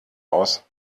aus